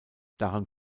daran